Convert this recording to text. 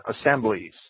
assemblies